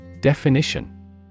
Definition